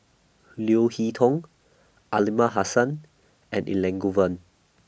Leo Hee Tong Aliman Hassan and Elangovan